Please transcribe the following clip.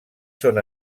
són